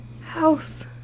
...house